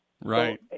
Right